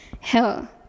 hell